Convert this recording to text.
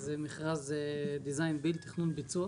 זה מכרז דיזיין בילד תכנון ביצוע,